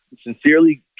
sincerely